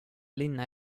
linna